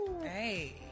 Hey